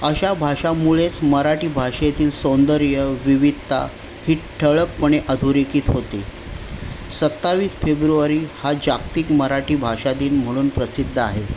अशा भाषामुळेच मराठी भाषेतील सौंदर्य विविधता ही ठळकपणे अधोरेखित होते सत्तावीस फेब्रुवारी हा जागतिक मराठी भाषा दिन म्हणून प्रसिद्ध आहे